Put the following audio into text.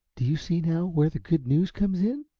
do you see now where the good news comes in?